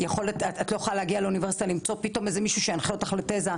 את לא יכולה להגיע לאוניברסיטה ולמצוא משום מקום מישהו שינחה אותך לתזה,